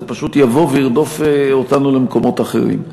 זה פשוט יבוא וירדוף אותנו במקומות אחרים.